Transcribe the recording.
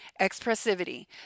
expressivity